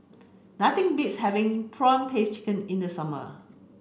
nothing beats having prawn paste chicken in the summer